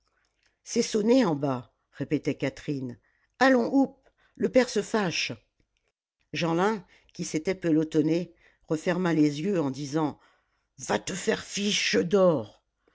c'est sonné en bas répétait catherine allons houp le père se fâche jeanlin qui s'était pelotonné referma les yeux en disant va te faire fiche